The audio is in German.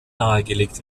nahegelegt